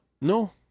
No